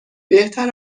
بهتر